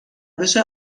بشه